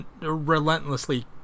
relentlessly